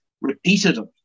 repeatedly